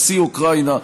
נשיא אוקראינה,